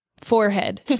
Forehead